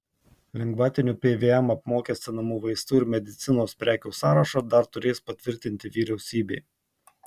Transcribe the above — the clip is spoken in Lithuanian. lengvatiniu pvm apmokestinamų vaistų ir medicinos prekių sąrašą dar turės patvirtinti vyriausybė